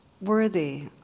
worthy